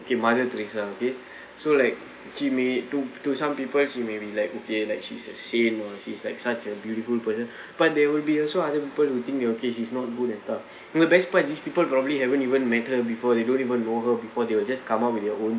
okay mother teresa okay so like she may to to some people she may be like okay like she's a saint or she like such a beautiful person but there will be also other people think your case is not good and tough you know the best part is these people probably haven't even met her before they don't even know her before they will just come up with their own